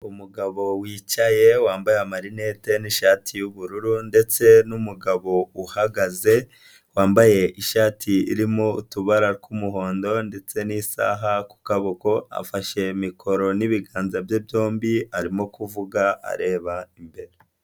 Umugabo wicaye wambaye amarinete n'ishati y'ubururu ndetse n'umugabo uhagaze wambaye ishati irimo utubara tw'umuhondo ndetse n'isaha ku kaboko, afashe mikoro n'ibiganza bye byombi arimo kuvuga areba imbere.